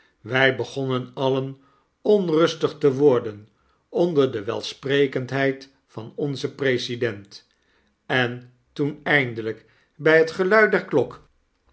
wy begonnen alien onrustig te worden onderde welsprekendheid van onzen president en toen eindelyk by het gelui der klok